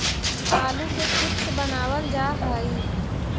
आलू के चिप्स बनावल जा हइ